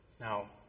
Now